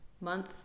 month